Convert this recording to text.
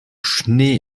schnee